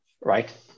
right